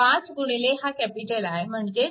5 गुणिले हा I म्हणजेच